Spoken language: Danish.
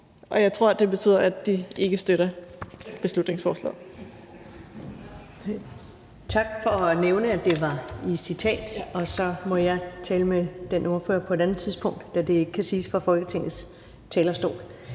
Og jeg tror, at det betyder, at de ikke støtter beslutningsforslaget.